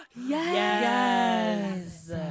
Yes